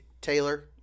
Taylor